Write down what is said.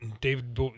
David